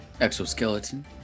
exoskeleton